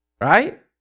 Right